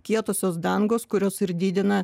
kietosios dangos kurios ir didina